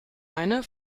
eine